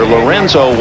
Lorenzo